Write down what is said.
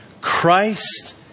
Christ